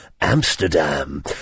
Amsterdam